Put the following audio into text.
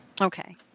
Okay